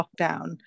lockdown